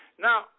Now